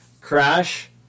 Crash